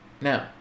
Now